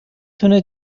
تونه